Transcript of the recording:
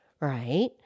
Right